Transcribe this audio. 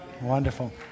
Wonderful